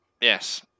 yes